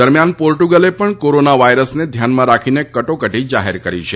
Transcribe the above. દરમિયાન પોર્ટુગલે પણ કોરોના વાયરસને ધ્યાનમાં રાખીને કટોકટી જાહેર કરી છે